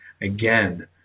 Again